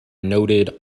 noted